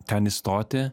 ten įstoti